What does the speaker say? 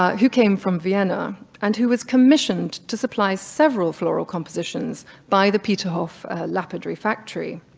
um who came from vienna, and who was commissioned to supply several floral compositions by the peterhof lapidary factory.